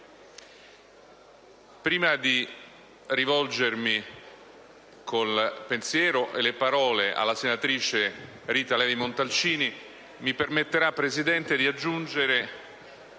Prima di rivolgermi con il pensiero e le parole alla senatrice Rita Levi-Montalcini, mi permetterà, signora Presidente, di premettere